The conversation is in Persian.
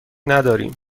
نداریم